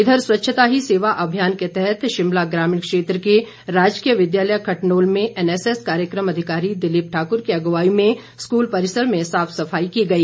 इधर स्वच्छता ही सेवा अभियान के तहत शिमला ग्रामीण क्षेत्र के राजकीय विद्यालय खटनोल में एनएसएस कार्यक्रम अधिकारी दिलीप ठाकुर की अगुवाई में स्कूल परिसर में साफ सफाई की गई